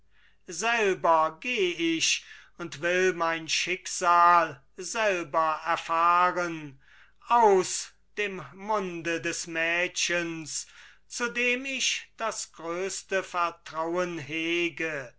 selber geh ich und will mein schicksal selber erfahren aus dem munde des mädchens zu dem ich das größte vertrauen hege